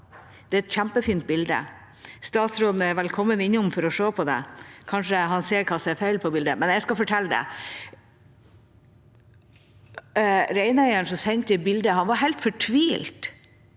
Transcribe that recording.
Det er et kjempefint bilde. Statsråden er velkommen innom for å se på det. Kanskje han ikke ser hva som er feil på bildet, men jeg skal fortelle det. Reineieren som sendte inn bildet, var helt fortvilet.